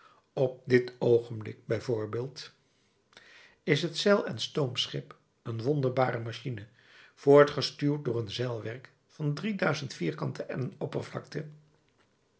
op dit oogenblik bij voorbeeld is het zeil en stoomschip een wonderbare machine voortgestuwd door een zeilwerk van drie duizend vierkante ellen oppervlakte